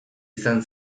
izan